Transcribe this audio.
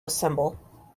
assemble